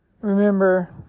Remember